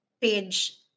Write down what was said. page